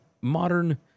modern